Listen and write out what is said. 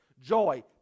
Joy